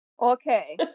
okay